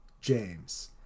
James